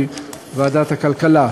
היא ועדת הכלכלה,